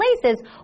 places